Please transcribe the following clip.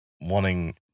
wanting